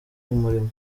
umurimo